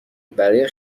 برای